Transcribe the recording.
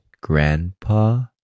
grandpa